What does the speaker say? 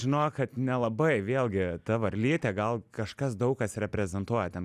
žinok kad nelabai vėlgi ta varlytė gal kažkas daug kas reprezentuoja ten